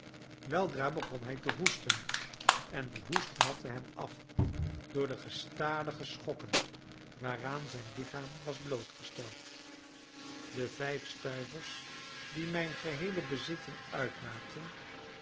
weldra begon hij te hoesten en die hoest matte hem af door de gestadige schokken waaraan zijn lichaam was blootgesteld de vijf stuivers die mijne geheele bezitting uitmaakten